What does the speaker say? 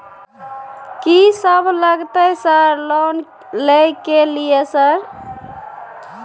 कि सब लगतै सर लोन ले के लिए सर?